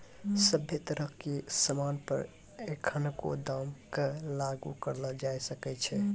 सभ्भे तरह के सामान पर एखनको दाम क लागू करलो जाय सकै छै